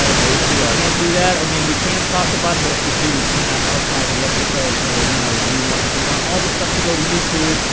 so no we yeah can't do that i mean we can't talk about it but if we do we cannot archive the episodes so you know we want we want all the stuff to go to you too.